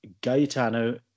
Gaetano